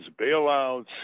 bailouts